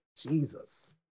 Jesus